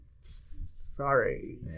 Sorry